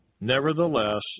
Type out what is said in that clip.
Nevertheless